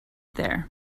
there